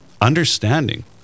understanding